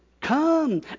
come